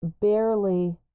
barely